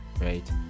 right